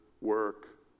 work